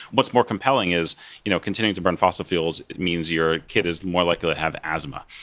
what's more compelling is you know continuing to burn fossil fuels means your kid is more likely to have asthma.